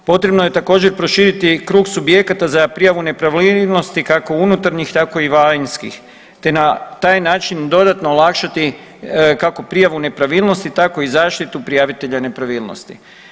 Potrebno je također proširiti i krug subjekata za prijavu nepravilnosti kako unutarnjih tako i vanjskih, te na taj način dodatno olakšati kako prijavu nepravilnosti tako i zaštitu prijavitelja nepravilnosti.